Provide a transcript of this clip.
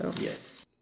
Yes